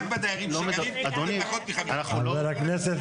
רק בדיירים שגרים.